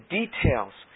details